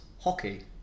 hockey